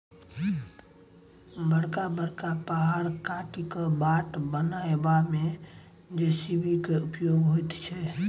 बड़का बड़का पहाड़ काटि क बाट बनयबा मे जे.सी.बी के उपयोग होइत छै